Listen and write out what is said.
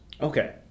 Okay